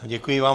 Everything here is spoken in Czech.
Děkuji vám.